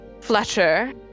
Fletcher